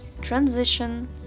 transition